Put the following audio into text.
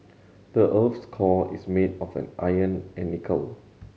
the earth's core is made of an iron and nickel